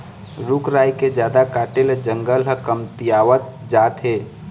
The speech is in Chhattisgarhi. रूख राई के जादा काटे ले जंगल ह कमतियावत जात हे